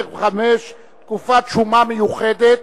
175) (תקופת שומה מיוחדת).